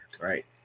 Right